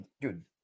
dude